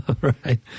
Right